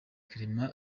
clement